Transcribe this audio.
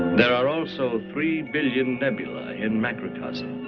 there are also three billion nebula in macrocosm.